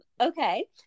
Okay